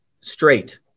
straight